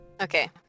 Okay